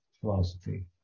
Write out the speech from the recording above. philosophy